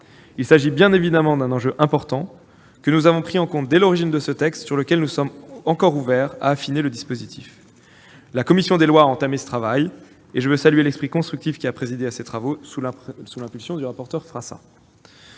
Il s'agit bien évidemment d'un enjeu important que nous avons pris en compte dès l'origine de ce texte et nous sommes ouverts à affiner encore le dispositif. La commission des lois a entamé cette tâche et je veux saluer l'esprit constructif qui a présidé à ses travaux, sous l'impulsion du rapporteur Frassa.